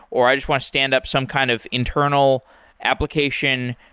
or i just want to stand up some kind of internal application,